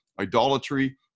idolatry